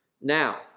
Now